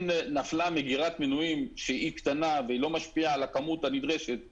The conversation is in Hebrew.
אם נפלה מגירת מנויים שהיא קטנה ולא משפיעה על הכמות הנדרשת בתקנות,